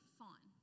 fun